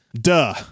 duh